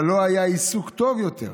אבל לא היה עיסוק טוב יותר.